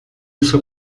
isso